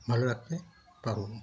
ভালো রাখতে পারব